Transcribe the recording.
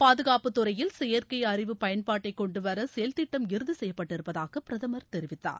பாதுகாப்பு துறையில் செயற்கை அறிவு பயன்பாட்டை கொண்டு வர செயல்திட்டம் இறுதி செய்யப்பட்டிருப்பதாக பிரதமர் தெரிவித்தார்